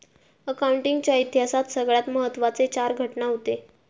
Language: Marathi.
अकाउंटिंग च्या इतिहासात सगळ्यात महत्त्वाचे चार घटना हूते